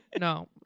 No